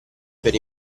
per